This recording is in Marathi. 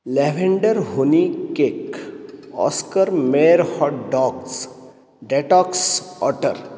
lavender honey cake Oscar Mayer hot dogs detox otter